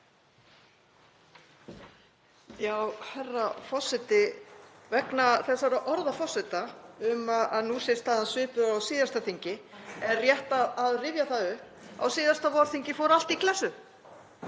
Herra forseti. Vegna þessara orða forseta um að nú sé staðan svipuð og á síðasta þingi er rétt að rifja það upp að á síðasta vorþingi fór allt í klessu.